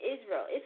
Israel